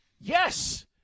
Yes